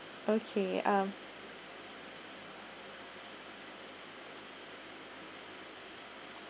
okay um